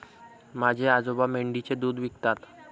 माझे आजोबा मेंढीचे दूध विकतात